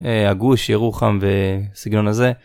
הגוש ירוחם בסגנון הזה.